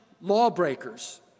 lawbreakers